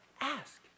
Ask